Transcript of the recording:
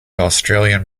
australian